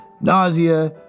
Nausea